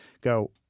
go